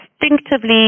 instinctively